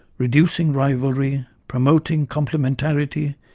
reducing rivalry, promoting complementarity,